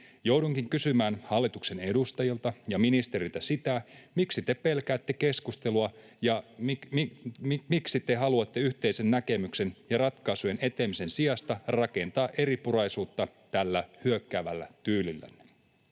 Joudunkin kysymään hallituksen edustajilta ja ministeriltä sitä, miksi te pelkäätte keskustelua ja miksi te haluatte yhteisen näkemyksen ja ratkaisujen etsimisen sijasta rakentaa eripuraisuutta tällä hyökkäävällä tyylillänne.